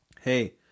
hey